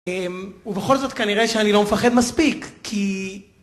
ובכל זאת כנראה שאני לא מפחד מספיק, כי...